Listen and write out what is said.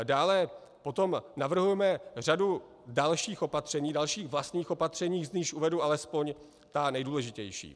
Dále potom navrhujeme řadu dalších opatření, dalších vlastních opatření, z nichž uvedu alespoň ta nejdůležitější.